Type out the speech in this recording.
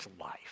life